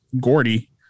Gordy